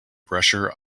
pressure